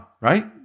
right